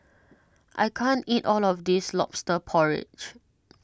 I can't eat all of this Lobster Porridge